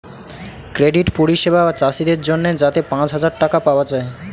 credit পরিষেবা চাষীদের জন্যে যাতে পাঁচ হাজার টাকা পাওয়া যায়